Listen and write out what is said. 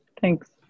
thanks